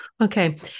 Okay